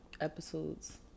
episodes